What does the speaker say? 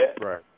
Right